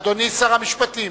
אדוני שר המשפטים,